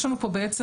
יש לנו פה בעצם,